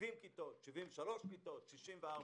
70 כיתות, 73 כיתות, 64 כיתות.